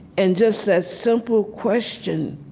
and just that simple question